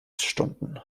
stunden